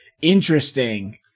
interesting